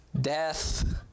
death